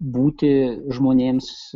būti žmonėms